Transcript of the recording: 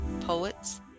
poets